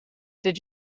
did